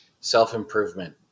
self-improvement